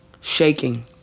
shaking